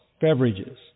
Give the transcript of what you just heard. beverages